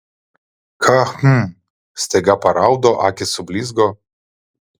ką hm staiga paraudo akys sublizgo